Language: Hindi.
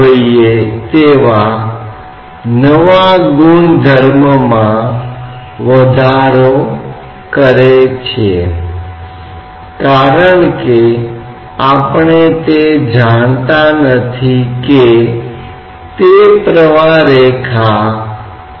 इसलिए जो भी वायुमंडलीय दबाव है मान लें कि हम इसे 0 कहते हैं इसका मतलब है कि कोई अन्य दबाव है जिसे हम वायुमंडलीय दबाव के सापेक्ष व्यक्त कर रहे हैं